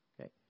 Okay